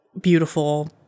beautiful